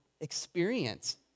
experience